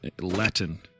Latin